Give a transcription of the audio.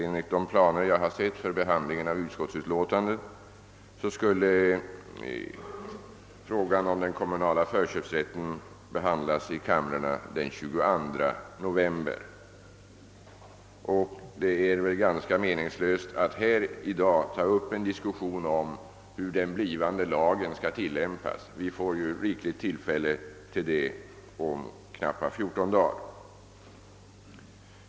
Enligt de planer för behandlingen av utskottsutlåtanden jag har sett skulle frågan om den kommunala förköpsrätten behandlas i kamrarna den 22 november. Det verkar ganska meningslöst att i dag ta upp en diskussion om hur den blivande lagen skall tillämpas. Vi får ju rikliga tillfällen till det om knappa två veckor.